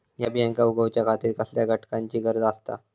हया बियांक उगौच्या खातिर कसल्या घटकांची गरज आसता?